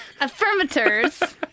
Affirmators